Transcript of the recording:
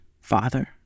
Father